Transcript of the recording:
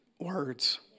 words